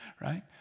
right